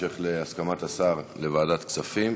בהמשך להסכמת השר להעברה לוועדת כספים.